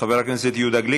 חבר הכנסת יהודה גליק,